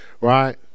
right